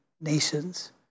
nations